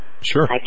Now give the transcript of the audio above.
Sure